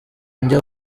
njya